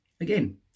again